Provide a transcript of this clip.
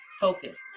focus